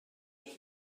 got